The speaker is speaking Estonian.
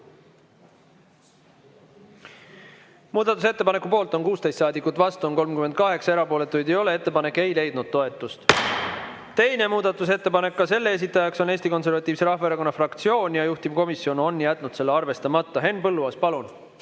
Muudatusettepaneku poolt on 16 saadikut, vastu on 38, erapooletuid ei ole. Ettepanek ei leidnud toetust. Teine muudatusettepanek, ka selle esitaja on Eesti Konservatiivse Rahvaerakonna fraktsioon ja juhtivkomisjon on jätnud selle arvestamata. Henn Põlluaas, palun!